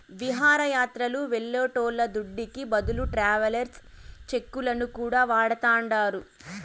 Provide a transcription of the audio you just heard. విహారయాత్రలు వెళ్లేటోళ్ల దుడ్డుకి బదులు ట్రావెలర్స్ చెక్కులను కూడా వాడతాండారు